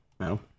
No